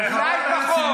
אולי פחות.